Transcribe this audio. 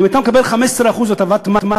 אם אתה מקבל 15% הטבת מס,